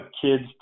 kids